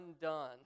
undone